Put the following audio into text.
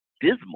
dismal